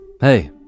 Hey